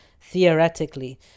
theoretically